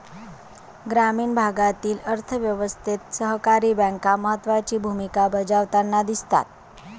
ग्रामीण भागातील अर्थ व्यवस्थेत सहकारी बँका महत्त्वाची भूमिका बजावताना दिसतात